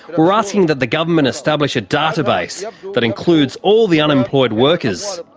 we're asking that the government establish a database that includes all the unemployed workers,